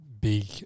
Big